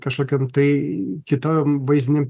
kažkokiom tai kitom vaizdinėm